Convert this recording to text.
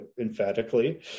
emphatically